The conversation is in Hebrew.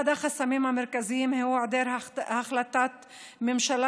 אחד החסמים המרכזיים הוא היעדר החלטת ממשלה